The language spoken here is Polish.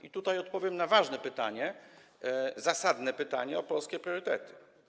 I tutaj odpowiem na ważne pytanie, zasadne pytanie o polskie priorytety.